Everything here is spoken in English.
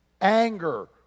anger